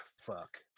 Fuck